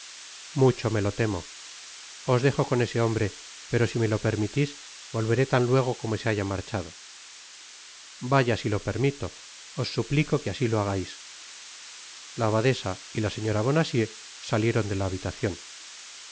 mucho me lo temo os dejo con ese hombre pero si me to permitis